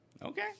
Okay